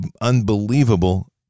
unbelievable